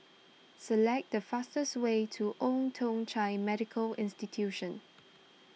select the fastest way to Old Thong Chai Medical Institution